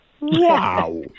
Wow